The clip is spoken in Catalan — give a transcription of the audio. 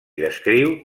descriu